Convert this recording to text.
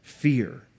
fear